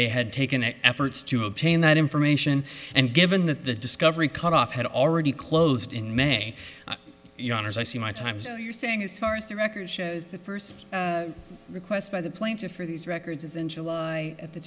they had taken efforts to obtain that information and given that the discovery cutoff had already closed in may i see my time so you're saying as far as the record shows the first request by the plaintiff for these records is in july at the